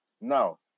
Now